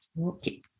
Okay